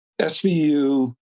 SVU